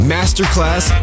Masterclass